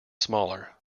smaller